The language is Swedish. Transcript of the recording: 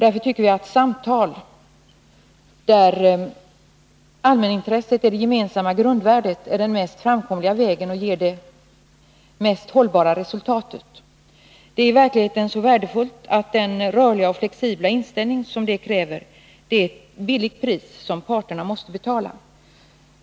Vi tycker att samtal, där allmänintresset är det gemensamma grundvärdet, är den mest framkomliga vägen och ger det mest hållbara resultatet. Detta allmänintresse är i verkligheten så värdefullt, att den rörliga och flexibla inställning som det kräver är ett billigt pris, som parterna måste betala.